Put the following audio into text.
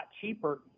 cheaper